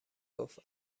گفت